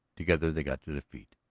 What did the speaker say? together they got to their feet.